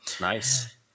Nice